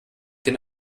den